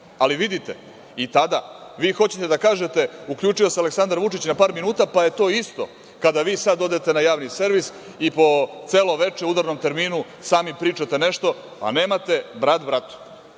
ali vidite i tada vi hoćete da kažete – uključio se Aleksandar Vučić na par minuta, pa je to isto kada vi sada odete na Javni servis i po celo veče, u udarnom terminu, sami pričate nešto, a nemate brat bratu